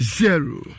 zero